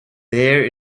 there